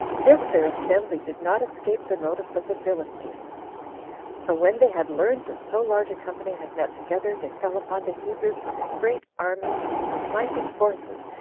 this their assembly did not escape the notice of the philistines so when they had learned that so large a company had met together, they fell upon the hebrews with a great army and mighty forces,